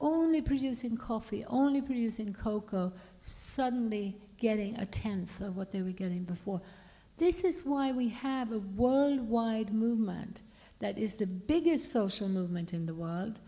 only producing coffee only producing cocoa suddenly getting a tenth of what they were getting before this is why we have a worldwide movement that is the biggest social movement in the world